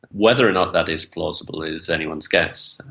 whether or not that is plausible is anyone's guess.